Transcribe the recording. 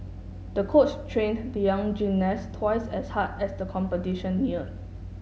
the coach trained the young gymnast twice as hard as the competition near